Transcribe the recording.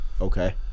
Okay